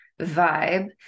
vibe